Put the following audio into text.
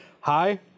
Hi